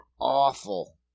awful